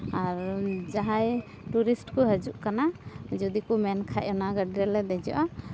ᱟᱨ ᱡᱟᱦᱟᱸᱭ ᱴᱩᱨᱤᱥᱴ ᱠᱚ ᱦᱤᱡᱩᱜ ᱠᱟᱱᱟ ᱡᱩᱫᱤ ᱠᱚ ᱢᱮᱱᱠᱷᱟᱡ ᱚᱱᱟ ᱜᱟᱹᱰᱤ ᱨᱮᱞᱮ ᱫᱮᱡᱚᱜᱼᱟ